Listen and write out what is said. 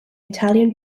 italian